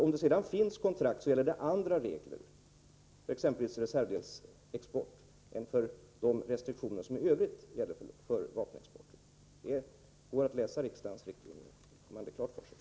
Om det sedan finns kontrakt gäller andra regler för exempelvis reservdelsexport än de restriktioner som i övrigt gäller för vapenexport. Om man läser riksdagens riktlinjer får man det klart för sig.